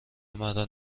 مرا